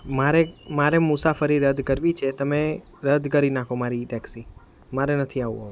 મારે મારે મુસાફરી રદ કરવી છે તમે રદ કરી નાખો મારી ટેક્સી મારે નથી આવવું હવે